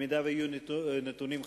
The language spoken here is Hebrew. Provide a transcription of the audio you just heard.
במידה שיהיו נתונים חדשים,